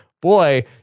boy